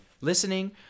listening